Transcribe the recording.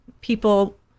people